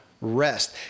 rest